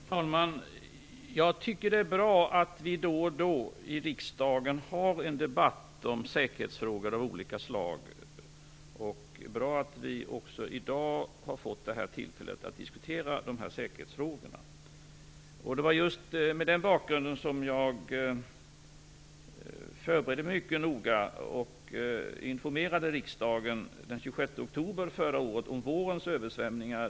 Fru talman! Jag tycker att det är bra att vi då och då i riksdagen för en debatt om säkerhetsfrågor av olika slag. Det är bra att vi också i dag har fått tillfälle att diskutera dessa säkerhetsfrågor. Det var just mot den bakgrunden som jag förberedde mig mycket noga och informerade riksdagen den 26 oktober förra året om vårens översvämningar.